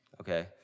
okay